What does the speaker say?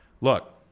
Look